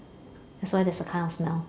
that's why there's a kind of smell